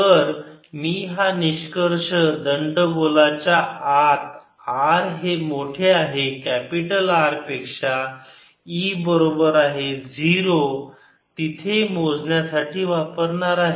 तर मी हा निष्कर्ष दंडगोलाच्या आत r हे मोठे आहे कॅपिटल R पेक्षा E बरोबर आहे 0 तिथे मोजण्यासाठी वापरणार आहे